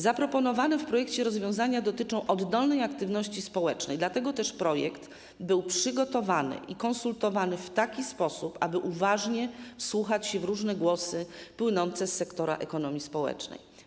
Zaproponowane w projekcie rozwiązania dotyczą oddolnej aktywności społecznej, dlatego też projekt był przygotowany i konsultowany w taki sposób, aby uważnie wsłuchać się w różne głosy płynące z sektora ekonomii społecznej.